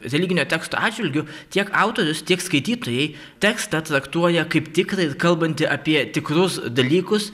religinio teksto atžvilgiu tiek autorius tiek skaitytojai tekstą traktuoja kaip tikrą ir kalbantį apie tikrus dalykus